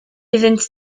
iddynt